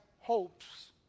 hopes